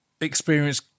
experience